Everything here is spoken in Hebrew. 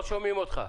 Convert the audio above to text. לא שומעים אותך.